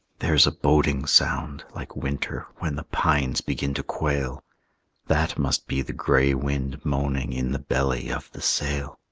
there's a boding sound, like winter when the pines begin to quail that must be the gray wind moaning in the belly of the sail.